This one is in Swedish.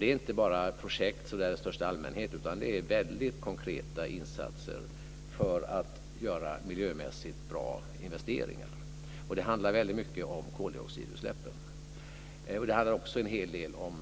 Det är inte bara projekt i största allmänhet, utan det är väldigt konkreta insatser för att göra miljömässigt bra investeringar. Det handlar väldigt mycket om koldioxidutsläppen. Det handlar också en hel del om